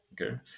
okay